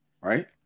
right